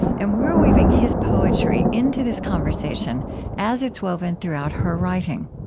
and we're weaving his poetry into this conversation as it's woven throughout her writing.